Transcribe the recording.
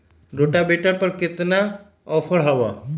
Rotavator पर केतना offer हव?